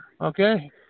Okay